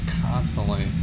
constantly